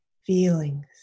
feelings